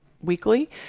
weekly